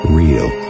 real